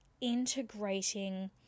integrating